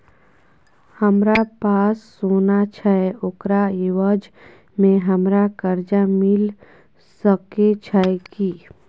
हमरा पास सोना छै ओकरा एवज में हमरा कर्जा मिल सके छै की?